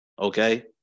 okay